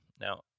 Now